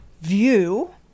view